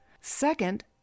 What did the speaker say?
Second